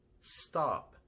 Stop